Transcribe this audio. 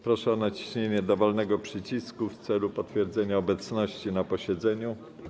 Proszę o naciśnięcie dowolnego przycisku w celu potwierdzenia obecności na posiedzeniu.